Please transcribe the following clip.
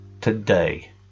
today